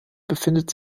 befindet